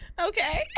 Okay